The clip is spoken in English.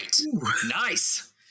Nice